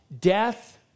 death